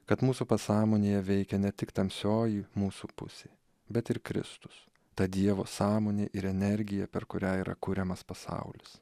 kad mūsų pasąmonėje veikia ne tik tamsioji mūsų pusė bet ir kristus ta dievo sąmonė ir energija per kurią yra kuriamas pasaulis